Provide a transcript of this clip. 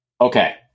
okay